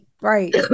Right